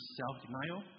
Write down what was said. self-denial